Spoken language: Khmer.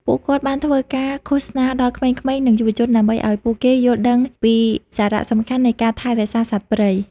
ពួកគាត់បានធ្វើការឃោសនាដល់ក្មេងៗ និងយុវជនដើម្បីឱ្យពួកគេយល់ដឹងពីសារៈសំខាន់នៃការថែរក្សាសត្វព្រៃ។